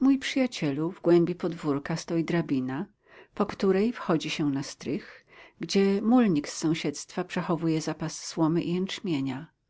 mój przyjacielu w głębi podwórka stoi drabina po której wchodzi się na strych gdzie mulnik z sąsiedztwa przechowuje zapas słomy i jęczmienia